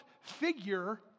figure